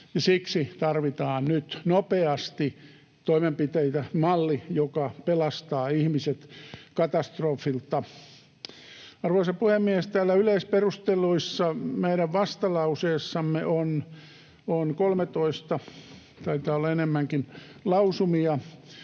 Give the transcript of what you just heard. Siksi tarvitaan nyt nopeasti toimenpiteitä, malli, joka pelastaa ihmiset katastrofilta. Arvoisa puhemies! Täällä yleisperusteluissa meidän vastalauseessamme on 13 lausumaa, tai taitaa olla enemmänkin, jotka